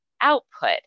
output